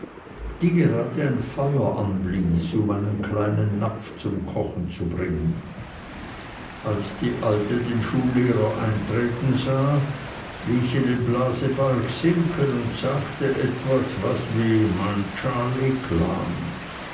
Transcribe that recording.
die gerade ein feuer anblies um einen kleinen napf zum kochen zu bringen als die alte den schullehrer eintreten sah ließ sie den blasebalg sinken und sagte etwas das wie mein charley klang